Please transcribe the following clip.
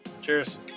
Cheers